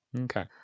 Okay